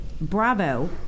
Bravo